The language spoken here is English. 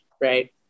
right